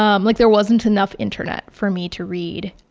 um like there wasn't enough internet for me to read.